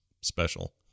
special